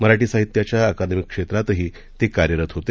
मराठी साहित्याच्या अकादमिक क्षेत्रातही ते कार्यरत होते